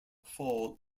fall